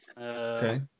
Okay